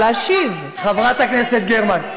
חברת הכנסת גרמן,